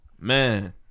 Man